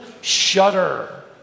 shudder